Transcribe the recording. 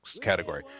category